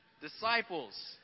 disciples